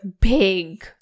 big